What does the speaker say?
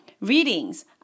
Readings